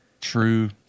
True